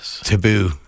Taboo